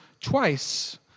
twice